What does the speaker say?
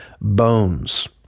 bones